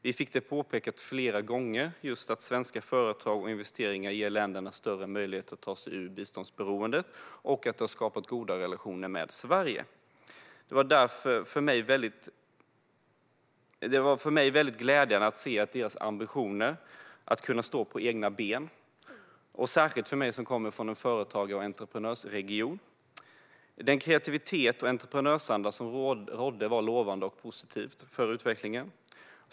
Vi fick flera gånger påpekat för oss att svenska företag och investeringar ger länderna större möjligheter att komma ur biståndsberoendet och att dessa har skapat goda relationer till Sverige. Det var för mig väldigt glädjande att se deras ambitioner att kunna stå på egna ben - särskilt för mig som kommer från en företagar och entreprenörsregion. Den kreativitet och entreprenörsanda som rådde var lovande och positiv för utvecklingen.